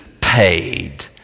paid